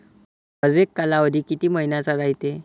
हरेक कालावधी किती मइन्याचा रायते?